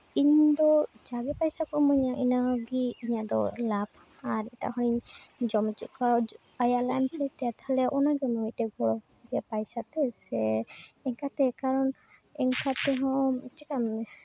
ᱤᱧ ᱫᱚ ᱡᱟᱜᱮ ᱯᱚᱭᱥᱟ ᱠᱚ ᱤᱢᱟᱹᱧᱟ ᱤᱱᱟᱹᱜᱮ ᱤᱧᱟᱹᱜ ᱫᱚ ᱞᱟᱵᱽ ᱟᱨ ᱮᱴᱟᱜ ᱦᱚᱲᱤᱧ ᱡᱚᱢ ᱦᱚᱪᱚᱭᱮᱜ ᱠᱚᱣᱟ ᱟᱭᱟᱜ ᱛᱟᱦᱚᱞᱮ ᱚᱱᱟ ᱫᱚ ᱢᱤᱫᱴᱮᱡ ᱫᱚ ᱡᱮ ᱯᱚᱭᱥᱟ ᱛᱮ ᱥᱮ ᱤᱱᱠᱟ ᱛᱮ ᱠᱟᱨᱚᱱ ᱤᱱᱠᱟ ᱛᱮᱦᱚᱸ ᱪᱤᱠᱟᱢ